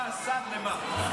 אתה השר למה?